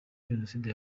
jenoside